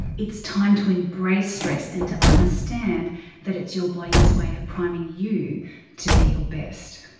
it's time to embrace stress and to understand that it's your body's way of priming you to be your best.